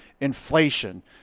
inflation